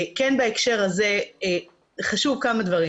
בהקשר הזה חשוב לומר כמה דברים.